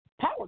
Power